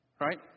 Right